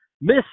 Miss